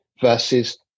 versus